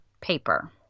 Paper